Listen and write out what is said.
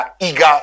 eager